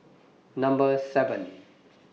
Number seven